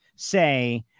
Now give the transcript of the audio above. say